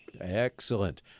Excellent